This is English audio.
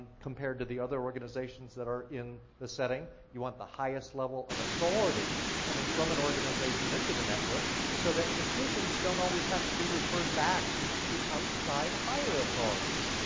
compared to the other organizations that are in the setting. you want the highest level of authority coming from an organization into the network so that decisions don't always have to be referred back to outside higher authorities.